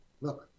Look